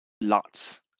Lots